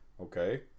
Okay